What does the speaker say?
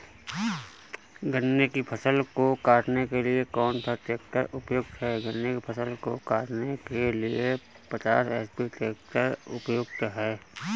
गन्ने की फसल को काटने के लिए कौन सा ट्रैक्टर उपयुक्त है?